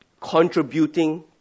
contributing